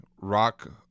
rock